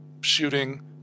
shooting